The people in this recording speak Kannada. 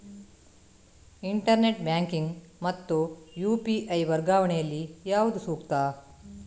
ಇಂಟರ್ನೆಟ್ ಬ್ಯಾಂಕಿಂಗ್ ಮತ್ತು ಯು.ಪಿ.ಐ ವರ್ಗಾವಣೆ ಯಲ್ಲಿ ಯಾವುದು ಸೂಕ್ತ?